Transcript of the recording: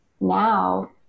now